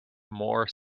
more